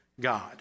God